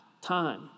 time